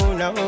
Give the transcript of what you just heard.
no